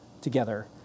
together